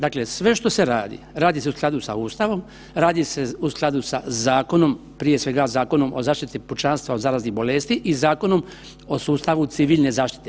Dakle, sve što se radi, radi se u skladu sa Ustavom, radi se u skladu sa zakonom, prije svega Zakonom o zaštiti pučanstva od zaraznih bolesti i Zakonom o sustavu civilne zaštite.